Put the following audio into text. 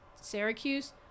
syracuse